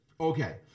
Okay